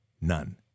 none